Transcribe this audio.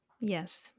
Yes